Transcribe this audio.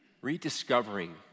rediscovering